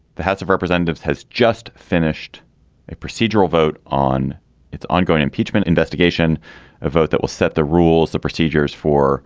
the house of representatives has just finished a procedural vote on its ongoing impeachment investigation a vote that will set the rules the procedures for